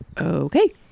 Okay